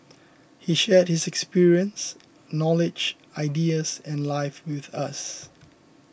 he shared his experience knowledge ideas and life with us